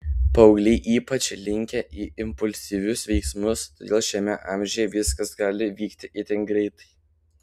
paaugliai ypač linkę į impulsyvius veiksmus todėl šiame amžiuje viskas gali vykti itin greitai